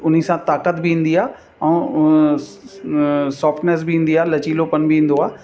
उन सां ताक़त बि ईंदी ख़े ऐं सॉफ्टनैस बि ईंदी आहे लचीलोपन बि ईंदो आहे